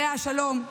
עליה השלום,